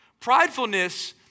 Pridefulness